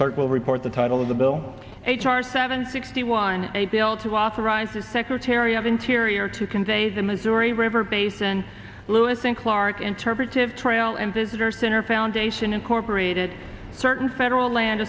clerk will report the title of the bill h r seven sixty one a bill to authorize the secretary of interior to convey the missouri river basin lewis and clark interpretive trail and visitor center foundation incorporated certain federal land